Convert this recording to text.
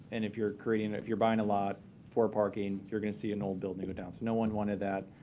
and if you're creating if you're buying a lot for parking, you're going to see an old building go down. no one wanted that.